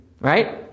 Right